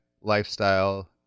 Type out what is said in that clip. lifestyle